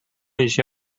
一些